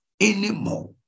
Anymore